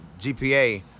GPA